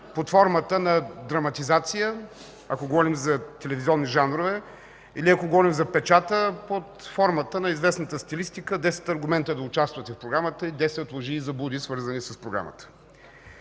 под формата на драматизация, ако говорим за телевизионни жанрове, или ако говорим за печата, под формата на известната стилистика десет аргумента да участвате в Програмата и десет – в лъжи и заблуди, свързани с Програмата.